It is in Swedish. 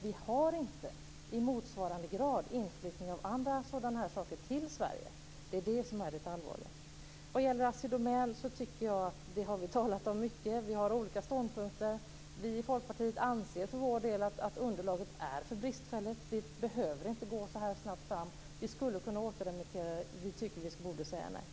Vi har inte i motsvarande grad inflyttning av sådana saker till Sverige. Det är det allvarliga. Om Assi Domän har vi talat mycket. Vi har olika ståndpunkter där. Vi för vår del i Folkpartiet anser att underlaget är för bristfälligt. Det behöver inte gå så här snabbt fram. Vi skulle kunna återremittera ärendet, och vi tycker att vi borde säga nej.